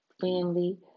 family